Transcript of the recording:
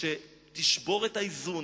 שחוברה לה יחדיו,